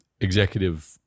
executive